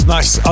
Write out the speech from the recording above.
Nice